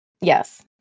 Yes